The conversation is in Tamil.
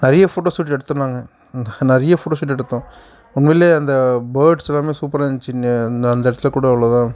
நிறைய ஃபோட்டோ ஷூட்டு எடுத்தோம் நாங்கள் நிறைய ஃபோட்டோ ஷூட்டு எடுத்தோம் உண்மையிலே அந்த பேர்ட்ஸ் எல்லாமே சூப்பராக இருந்துச்சு இந்த அந்த இடத்துல கூட அவ்வளோவா